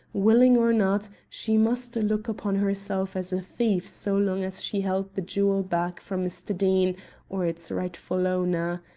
willing or not, she must look upon herself as a thief so long as she held the jewel back from mr. deane or its rightful owner.